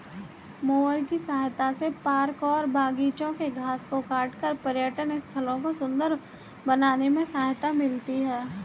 mower की सहायता से पार्क और बागिचों के घास को काटकर पर्यटन स्थलों को सुन्दर बनाने में सहायता मिलती है